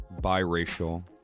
biracial